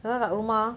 kakak dekat rumah